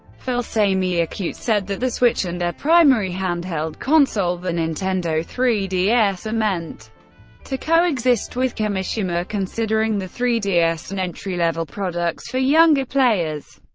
fils-aime yeah like yeah said that the switch and their primary handheld console, the nintendo three ds, are meant to co-exist, with kimishima considering the three ds an entry-level product for younger players.